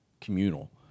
communal